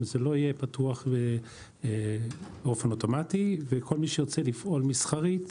זה לא יהיה פתוח באופן אוטומטי וכל מי שירצה לפעול מסחרית,